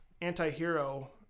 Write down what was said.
anti-hero